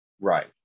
right